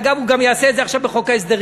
אגב, הוא גם יעשה את זה, עכשיו, בחוק ההסדרים.